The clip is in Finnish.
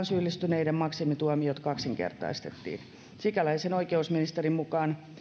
syyllistyneiden maksimituomiot kaksinkertaistettiin sikäläisen oikeusministerin mukaan